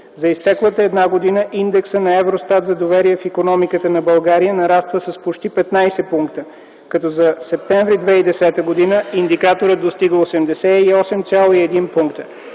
За изтеклата една година индексът на ЕВРОСТАТ за доверие в икономиката на България нараства с почти 15 пункта като за м. септември 2010 г. индикаторът достига 88,1 пункта.